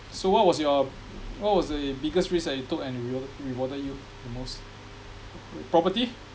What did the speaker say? so what was your what was the biggest risk that you took and it rewarded rewarded you the most property